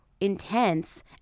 intense